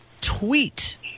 tweet